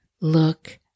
look